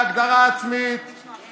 יש או רפורמים או חרדים.